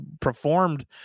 performed